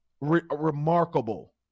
Remarkable